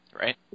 Right